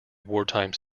wartime